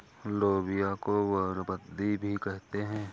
लोबिया को बरबट्टी भी कहते हैं